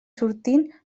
sortint